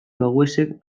baguesek